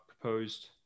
proposed